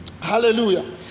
hallelujah